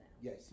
Yes